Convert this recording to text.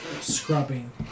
scrubbing